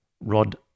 Rod